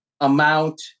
amount